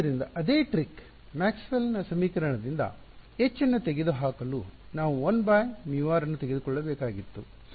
ಆದ್ದರಿಂದ ಅದೇ ಟ್ರಿಕ್ ಮ್ಯಾಕ್ಸ್ವೆಲ್ನ ಸಮೀಕರಣಗಳಿಂದ Maxwell's equations H ಅನ್ನು ತೆಗೆದುಹಾಕಲು ನಾವು 1μr ನ್ನು ತೆಗೆದುಕೊಳ್ಳಬೇಕಾಗಿತ್ತು